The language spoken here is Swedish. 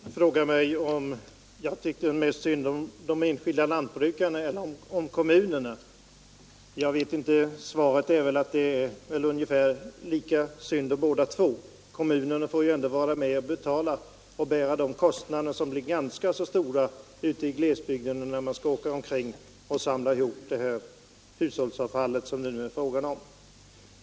Herr talman! Jordbruksministern frågade mig om jag tyckte mest synd om de enskilda lantbrukarna eller om kommunerna. Svaret är att det väl är ungefär lika synd om båda två. Kommunerna får ju vara med om att bära de ganska stora kostnaderna i glesbygderna, när man skall samla ihop det hushållsavfall som det blir fråga om.